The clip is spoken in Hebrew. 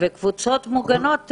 קבוצות מוגנות,